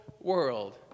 world